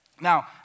Now